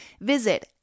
Visit